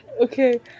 Okay